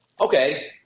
Okay